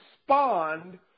respond